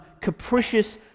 capricious